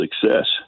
success